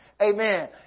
Amen